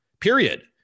Period